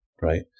right